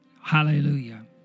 Hallelujah